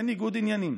אין ניגוד עניינים.